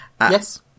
Yes